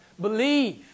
Believe